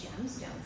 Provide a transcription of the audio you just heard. gemstones